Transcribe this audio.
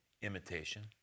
imitation